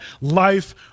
life